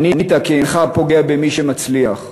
ענית כי אינך פוגע במי שמצליח,